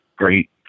great